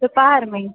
दोपहर में